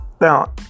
Now